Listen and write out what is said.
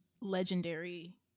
legendary